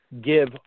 give